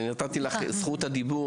נתתי לך את זכות הדיבור,